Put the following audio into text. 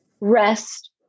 rest